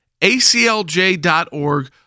aclj.org